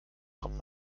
kommt